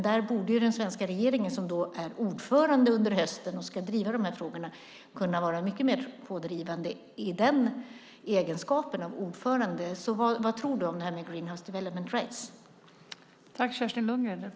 Där borde den svenska regeringen, som är ordförande under hösten och ska driva de här frågorna, kunna vara mycket mer pådrivande i egenskap av ordförande. Vad tror du om Greenhouse Development Rights?